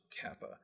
Kappa